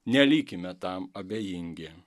nelikime tam abejingi